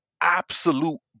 absolute